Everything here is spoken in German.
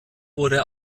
wurde